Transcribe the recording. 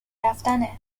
رفتنه